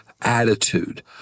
attitude